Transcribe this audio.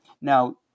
Now